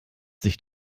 sich